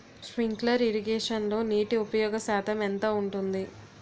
Sprinkler ఇరగేషన్లో నీటి ఉపయోగ శాతం ఎంత ఉంటుంది?